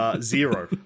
zero